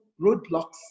roadblocks